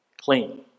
clean